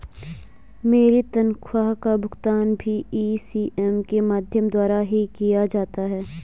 मेरी तनख्वाह का भुगतान भी इ.सी.एस के माध्यम द्वारा ही किया जाता है